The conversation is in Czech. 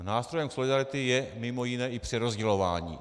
Nástrojem solidarity je mimo jiné i přerozdělování.